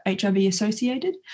HIV-associated